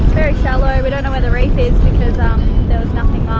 very shallow we don't know where the reef is because um there was nothing